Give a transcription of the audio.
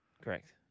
Correct